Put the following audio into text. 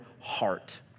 heart